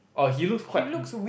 he looks quite